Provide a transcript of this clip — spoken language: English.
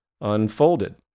unfolded